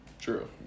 True